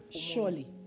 surely